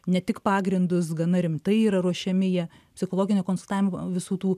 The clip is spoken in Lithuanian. ne tik pagrindus gana rimtai yra ruošiami jie psichologinio konsultavimo visų tų